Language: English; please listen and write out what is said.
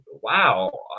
wow